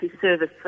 service